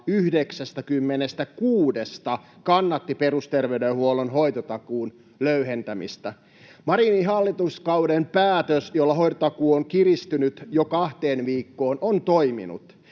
96:sta kannatti perusterveydenhuollon hoitotakuun löyhentämistä. Marinin hallituskauden päätös, jolla hoitotakuu on kiristynyt jo kahteen viikkoon, on toiminut.